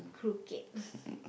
crooked